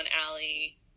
Alley